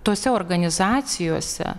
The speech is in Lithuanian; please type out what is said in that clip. tose organizacijose